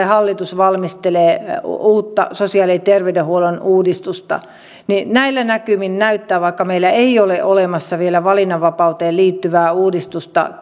hallitus valmistelee uutta sosiaali ja terveydenhuollon uudistusta niin näillä näkymin näyttää siltä vaikka meillä ei ole vielä valinnanvapauteen liittyvää uudistusta